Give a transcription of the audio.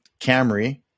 Camry